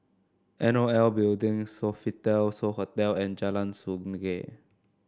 N O L Building Sofitel So Hotel and Jalan Sungei